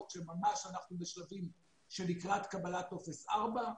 שממש אנחנו בשלבים של לקראת קבלת טופס 4,